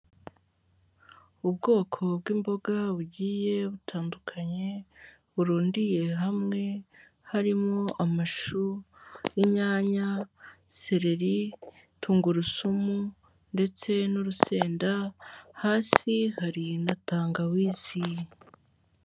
Ubwoko bw'imboga bugiye butandukanye burundiye hamwe, harimo amashu, inyanya sereri, tungurusumu ndetse n'urusenda, hasi hari na tangawiziye.